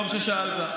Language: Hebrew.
טוב ששאלת.